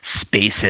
spaces